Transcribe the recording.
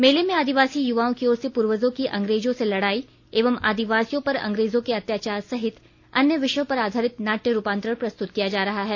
मेले में आदिवासी युवाओं की ओर से पूर्वजों की अंग्रेजों से लड़ाई एवं आदिवासियों पर अंग्रेजों के अत्याचार सहित अन्य विषयों पर आधारित नाट्य रूपांतरण प्रस्तुत किया जा रहा है